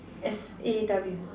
S A W